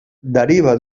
deriva